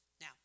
Now